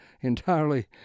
entirely